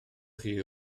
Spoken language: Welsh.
chi